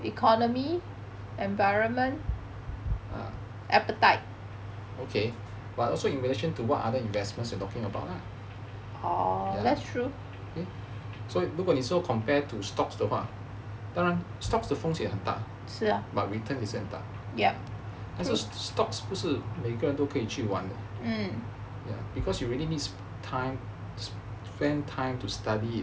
okay but also in relation to what other investments you talking about lah so 如果你说 compare to stocks 的话当然 stocks 的风险很大 but return 也是很大而且 stocks 不是每个人都可以去玩 ya because you really need time spend time to study it